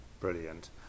Brilliant